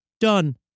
Done